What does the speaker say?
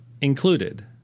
included